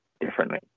differently